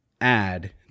add